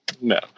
no